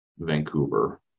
vancouver